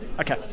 Okay